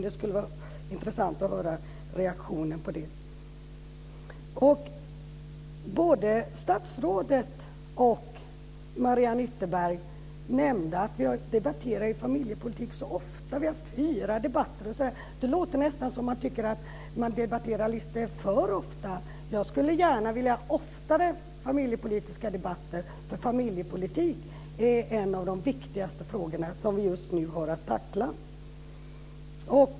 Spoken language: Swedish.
Det skulle vara intressant att höra reaktionen på det. Både statsrådet och Mariann Ytterberg nämnde att vi debatterar familjepolitik så ofta. Vi har haft fyra debatter osv. Det låter nästan som om man tycker att vi debatterar detta lite för ofta. Jag skulle gärna vilja ha familjepolitiska debatter oftare, för familjepolitik är en av de viktigaste frågor som vi just nu har att tackla.